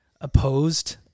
opposed